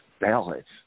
ballots